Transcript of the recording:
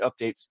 updates